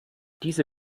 diese